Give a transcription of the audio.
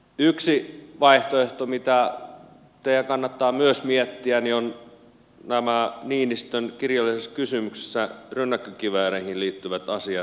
yksi vaihtoehto mitä teidän kannattaa myös miettiä ovat niinistön kirjallisessa kysymyksessä nämä rynnäkkökivääreihin liittyvät asiat